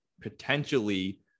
potentially